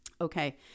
Okay